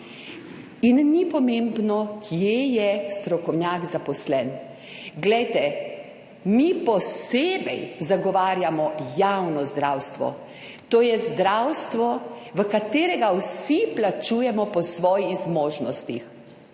in ni pomembno kje je strokovnjak zaposlen. Glejte, mi posebej zagovarjamo javno zdravstvo. To je zdravstvo v katerega vsi plačujemo po svojih zmožnostih,